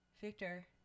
Victor